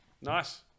Nice